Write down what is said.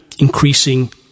increasing